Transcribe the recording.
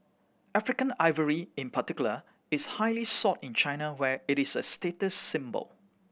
African ivory in particular is highly sought in China where it is a status symbol